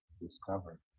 discover